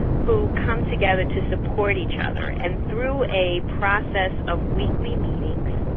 who come together to support each other, and through a process of weekly meetings,